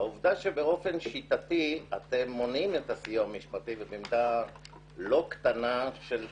העובדה שבאופן שיטתי אתם מונעים את הסיוע המשפטי ובמידה לא קטנה של צדק,